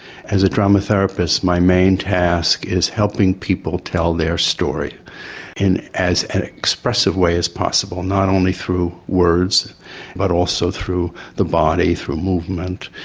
as a drama therapist my main task is helping people tell their story and in as expressive way as possible, not only through words but also through the body, through movement,